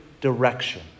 direction